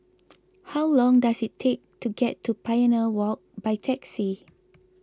how long does it take to get to Pioneer Walk by taxi